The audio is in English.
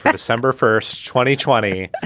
but december first. twenty twenty,